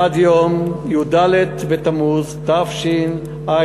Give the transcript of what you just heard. עד יום י"ד בתמוז התשע"א,